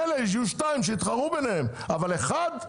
מילא שיהיו שניים שיתחרו ביניהם, אבל אחד?